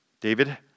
David